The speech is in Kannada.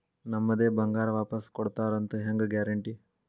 ನಮ್ಮದೇ ಬಂಗಾರ ವಾಪಸ್ ಕೊಡ್ತಾರಂತ ಹೆಂಗ್ ಗ್ಯಾರಂಟಿ?